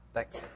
Thanks